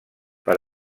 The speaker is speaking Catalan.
per